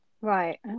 right